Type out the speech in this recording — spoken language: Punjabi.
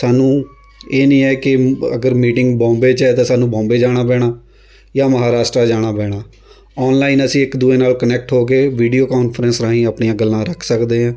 ਸਾਨੂੰ ਇਹ ਨਹੀਂ ਹੈ ਕਿ ਅਗਰ ਮੀਟਿੰਗ ਬੋਂਬੇ 'ਚ ਹੈ ਤਾਂ ਸਾਨੂੰ ਬੋਂਬੇ ਜਾਣਾ ਪੈਣਾ ਜਾਂ ਮਹਾਰਾਸ਼ਟਰ ਜਾਣਾ ਪੈਣਾ ਔਨਲਾਈਨ ਅਸੀਂ ਇੱਕ ਦੂਜੇ ਨਾਲ਼ ਕਨੈਕਟ ਹੋਕੇ ਵੀਡਿਓ ਕੋਨਫਰੰਸ ਰਾਹੀਂ ਆਪਣੀਆਂ ਗੱਲਾਂ ਰੱਖ ਸਕਦੇ ਹਾਂ